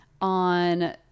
on